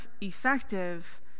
effective